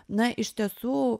na iš tiesų